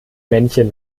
männchen